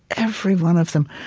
every one of them.